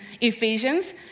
Ephesians